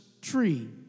tree